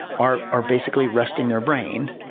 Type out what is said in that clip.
are are basically resting their brain,